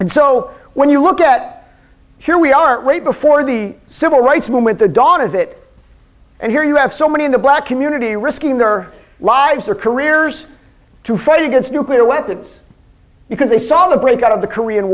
and so when you look at here we are way before the civil rights movement the dawn is it and here you have so many in the black community risking their lives their careers to fight against nuclear weapons because they saw the breakout of the korean